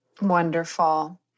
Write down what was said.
Wonderful